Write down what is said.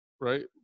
right